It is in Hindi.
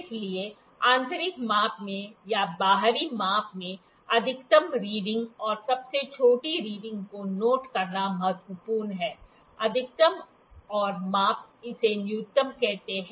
इसलिए आंतरिक माप में या बाहरी माप में अधिकतम रीडिंग और सबसे छोटी रीडिंग को नोट करना महत्वपूर्ण है अधिकतम और आप इसे न्यूनतम कहते हैं